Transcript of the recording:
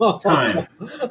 time